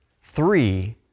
three